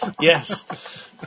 yes